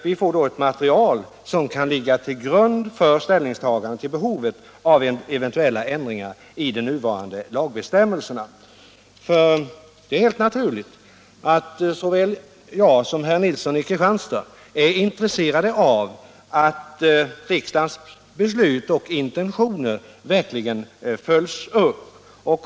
Vi får då ett material som kan ligga till grund för vårt ställningstagande till behovet av eventuella ändringar i de nuvarande lagbestämmelserna. Det är helt naturligt att jag, lika väl som herr Nilsson i Kristianstad, är intresserad av att riksdagens beslut och intentioner verkligen följs upp.